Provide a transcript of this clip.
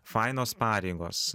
fainos pareigos